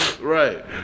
Right